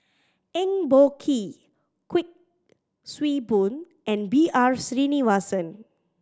Eng Boh Kee Kuik Swee Boon and B R Sreenivasan